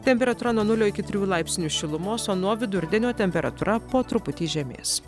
temperatūra nuo nulio iki trijų laipsnių šilumos o nuo vidurdienio temperatūra po truputį žemės